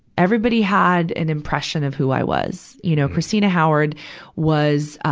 everybody had an impression of who i was. you know, christina howard was, ah,